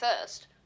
first